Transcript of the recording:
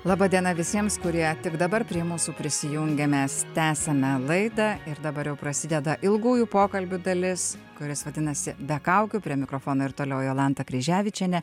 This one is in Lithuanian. laba diena visiems kurie tik dabar prie mūsų prisijungia mes tęsiame laidą ir dabar jau prasideda ilgųjų pokalbių dalis kuris vadinasi be kaukių prie mikrofono ir toliau jolantą kryževičienę